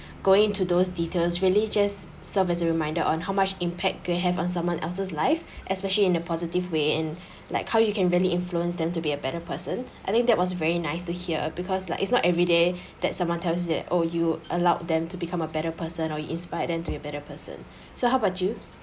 going into those details really just served as a reminder on how much impact you could have on someone else's life especially in a positive way and like how you can really influence them to be a better person I think that was very nice to hear because like it's not everyday that someone tells that oh you allowed them to become a better person or you inspire them to be a better person so how about you